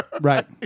Right